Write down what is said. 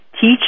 teach